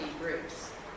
groups